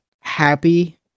happy